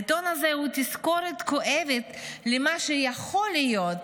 העיתון הזה הוא תזכורת כואבת למה שיכול להיות,